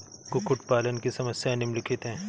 कुक्कुट पालन की समस्याएँ निम्नलिखित हैं